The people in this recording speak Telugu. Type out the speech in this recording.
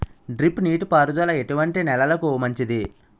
డ్రిప్ నీటి పారుదల ఎటువంటి నెలలకు మంచిది?